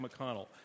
McConnell